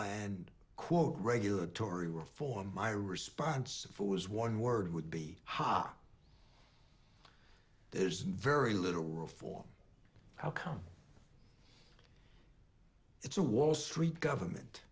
and quote regulatory reform my response was one word would be ha there's very little room for how come it's a wall street government